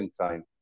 time